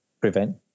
prevent